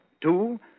Two